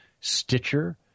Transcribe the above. Stitcher